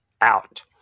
out